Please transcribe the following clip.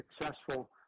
successful